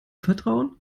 vertrauen